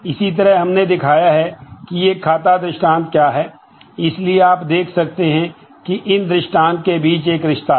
इसी तरह हमने दिखाया है कि एक खाता दृष्टान्त क्या है इसलिए आप देख सकते हैं कि इन दृष्टान्त के बीच एक रिश्ता हैं